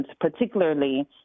particularly